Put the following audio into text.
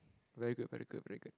very good very good very good